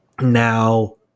Now